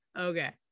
Okay